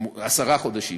עשרה חודשים.